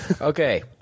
Okay